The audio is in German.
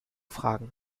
fragen